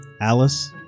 Alice